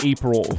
April